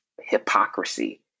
hypocrisy